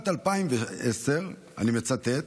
אני מצטט: